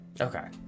Okay